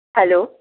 hello